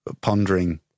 pondering